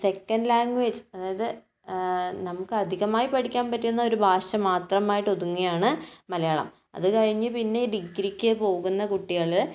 second language അതായത് നമുക്ക് അധികമായി പഠിക്കാൻ പറ്റുന്ന ഒരു ഭാഷ മാത്രമായിട്ട് ഒതുങ്ങുകയാണ് മലയാളം അതുകഴിഞ്ഞ് പിന്നെ ഡിഗ്രിക്ക് പോകുന്ന കുട്ടികൾ